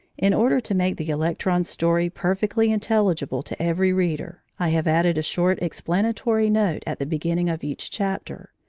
in order to make the electron's story perfectly intelligible to every reader, i have added a short explanatory note at the beginning of each chapter.